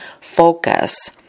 Focus